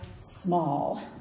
small